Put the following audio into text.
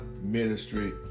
ministry